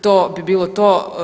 To bi bilo to.